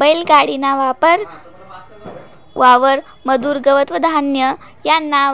बैल गाडी ना वापर वावर म्हादुन गवत व धान्य आना